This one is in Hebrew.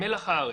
מלח הארץ.